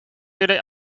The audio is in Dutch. jullie